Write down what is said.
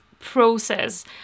process